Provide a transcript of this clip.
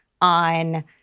on